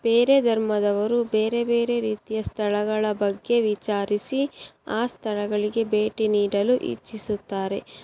ಬೇರೆ ಧರ್ಮದವರು ಬೇರೆ ಬೇರೆ ರೀತಿಯ ಸ್ಥಳಗಳ ಬಗ್ಗೆ ವಿಚಾರಿಸಿ ಆ ಸ್ಥಳಗಳಿಗೆ ಭೇಟಿ ನೀಡಲು ಇಚ್ಛಿಸುತ್ತಾರೆ